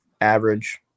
average